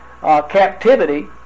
captivity